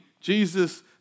Jesus